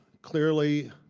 clearly